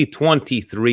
2023